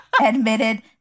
admitted